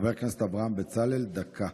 חבר הכנסת אברהם בצלאל, דקה.